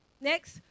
Next